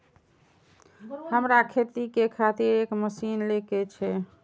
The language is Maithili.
हमरा खेती के खातिर एक मशीन ले के छे?